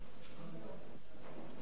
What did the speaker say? לאלוף-משנה איריס דנון